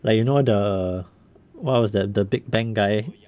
like you know the what was the that big bang guy